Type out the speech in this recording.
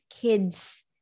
kids